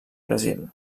brasil